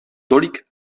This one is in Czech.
tolik